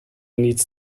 need